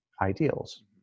ideals